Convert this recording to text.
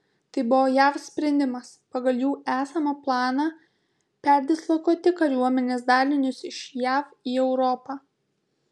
tai buvo jav sprendimas pagal jų esamą planą perdislokuoti kariuomenės dalinius iš jav į europą